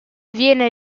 viene